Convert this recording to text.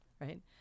Right